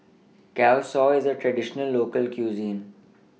Kueh Kosui IS A Traditional Local Cuisine